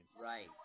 Right